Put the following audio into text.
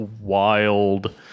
wild